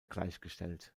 gleichgestellt